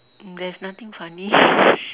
there's nothing funny